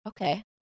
Okay